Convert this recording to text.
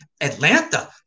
Atlanta